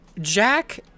Jack